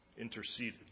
interceded